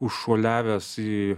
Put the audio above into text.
užšuoliavęs į